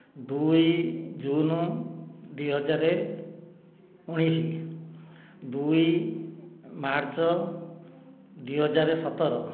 ଦୁଇ ଜୁନ ଦୁଇହଜାର ଉଣେଇଶ ଦୁଇ ମାର୍ଚ୍ଚ ଦୁଇ ହଜାର ସତର